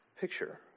picture